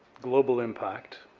global impact,